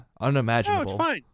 unimaginable